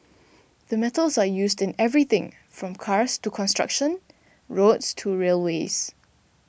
the metals are used in everything from cars to construction roads to railways